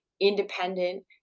independent